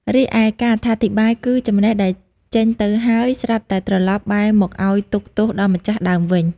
រីឯការអត្ថាធិប្បាយគឺ ចំណេះដែលចេញទៅហើយ ស្រាប់តែត្រលប់បែរមកឲ្យទុក្ខទោសដល់ម្ចាស់ដើមវិញ ។